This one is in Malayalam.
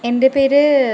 എൻ്റെ പേര്